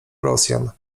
rosjan